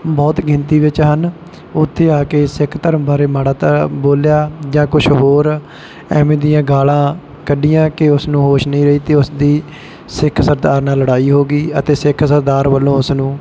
ਬਹੁਤ ਗਿਣਤੀ ਵਿੱਚ ਹਨ ਉੱਥੇ ਆ ਕੇ ਸਿੱਖ ਧਰਮ ਬਾਰੇ ਮਾੜਾ ਧ ਬੋਲਿਆ ਜਾਂ ਕੁਛ ਹੋਰ ਐਵੇਂ ਦੀਆਂ ਗਾਲਾਂ ਕੱਢੀਆਂ ਕਿ ਉਸ ਨੂੰ ਹੋਸ਼ ਨਹੀਂ ਰਹੀ ਅਤੇ ਉਸ ਦੀ ਸਿੱਖ ਸਰਦਾਰ ਨਾਲ ਲੜਾਈ ਹੋ ਗਈ ਅਤੇ ਸਿੱਖ ਸਰਦਾਰ ਵੱਲੋਂ ਉਸ ਨੂੰ